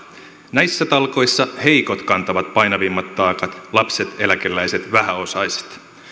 näissä talkoissa heikot kantavat painavimmat taakat lapset eläkeläiset vähäosaiset